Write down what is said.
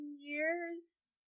years